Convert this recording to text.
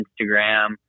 Instagram